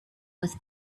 with